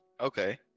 okay